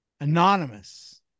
Anonymous